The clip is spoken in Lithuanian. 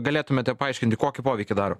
galėtumėte paaiškinti kokį poveikį daro